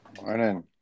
morning